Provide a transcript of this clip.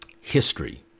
History